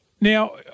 Now